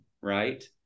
right